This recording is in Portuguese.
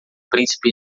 príncipe